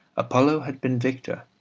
apollo had been victor.